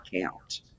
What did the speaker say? count